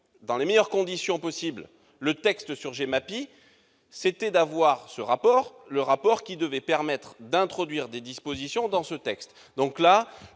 dans les meilleures conditions possible le texte sur la GEMAPI, c'était de disposer du rapport qui devait permettre d'introduire des dispositions dans ce texte. Encore